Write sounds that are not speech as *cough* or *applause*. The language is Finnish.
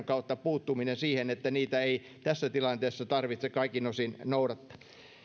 *unintelligible* kautta puuttuminen siihen että niitä ei tässä tilanteessa tarvitse kaikin osin noudattaa